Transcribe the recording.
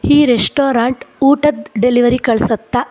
ಈ ರೆಸ್ಟೊರಾಂಟ್ ಊಟದ ಡೆಲಿವರಿ ಕಳಿಸತ್ತಾ